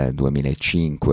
2005